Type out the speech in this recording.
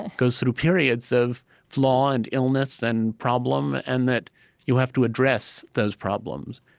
goes through periods of flaw and illness and problem, and that you have to address those problems.